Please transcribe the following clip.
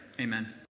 amen